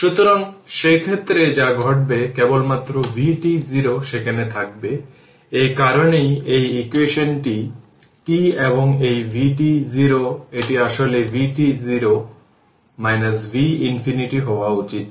সুতরাং এটি একটি সোর্স ফ্রি RL সার্কিট এখন আপনি যদি এই লুপ এ KVL প্রয়োগ করেন তবে এটি হবে vR vL 0 KVL প্রয়োগ করে